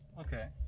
Okay